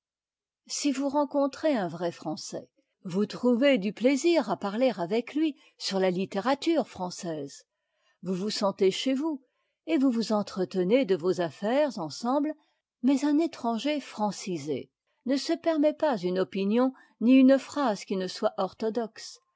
si vous rencontrez un vrai français vous trouvez du plaisir à parler avec lui sur la littérature française vous vous sentez chez vous et vous vous entretenez de vos affaires ensemble mais un étranger ni une d'une